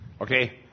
Okay